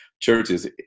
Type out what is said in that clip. churches